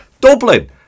Dublin